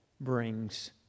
brings